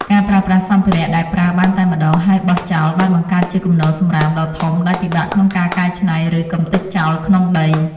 ការប្រើប្រាស់សម្ភារៈដែលប្រើបានតែម្តងហើយបោះចោលបានបង្កើតជាគំនរសំរាមដ៏ធំដែលពិបាកក្នុងការកែច្នៃឬកម្ទេចចោលក្នុងដី។